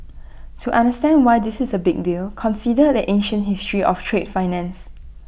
to understand why this is A big deal consider the ancient history of trade finance